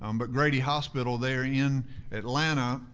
um but grady hospital, there in atlanta,